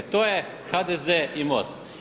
To je HDZ i MOST.